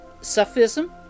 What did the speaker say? Sufism